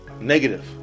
negative